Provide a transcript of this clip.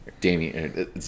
damien